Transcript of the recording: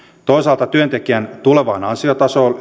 toisaalta työntekijän tulevan ansiotason